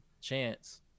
chance